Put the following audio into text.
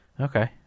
okay